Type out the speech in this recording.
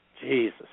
Jesus